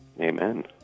amen